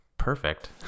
perfect